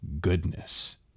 goodness